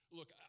Look